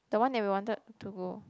the one that we wanted to go